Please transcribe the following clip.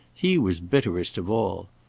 he was bitterest of all.